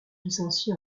licencié